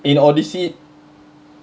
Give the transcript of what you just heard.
in odyssey